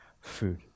food